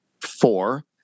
four